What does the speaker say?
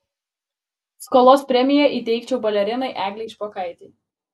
skolos premiją įteikčiau balerinai eglei špokaitei